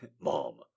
Mom